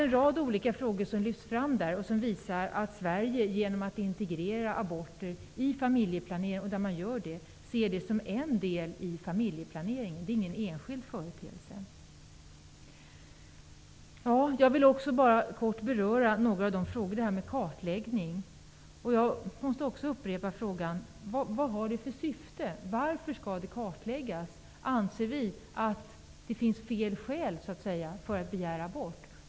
En rad olika frågor lyfts fram i rapporten, som bl.a. visar att Sverige genom att integrera abortfrågan i familjeplaneringen, ser den som en del i familjeplaneringen, inte som en enskild företeelse. Jag vill också bara kort beröra frågan om en kartläggning. Vilket syfte har den? Varför skall det göras en kartläggning? Anser vi att det finns ''fel'' skäl för att begära abort?